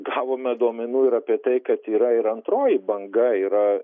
gavome duomenų ir apie tai kad yra ir antroji banga yra